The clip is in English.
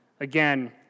Again